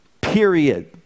period